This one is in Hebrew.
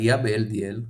עלייה בLDL,